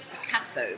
Picasso